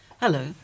Hello